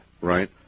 Right